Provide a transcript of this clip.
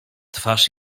twarz